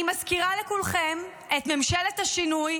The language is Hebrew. אני מזכירה לכולכם את ממשלת השינוי,